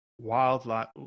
wildlife